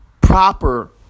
proper